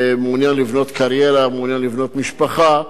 ומעוניין לבנות קריירה, מעוניין לבנות משפחה,